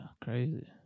crazy